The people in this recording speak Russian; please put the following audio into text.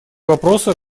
вопроса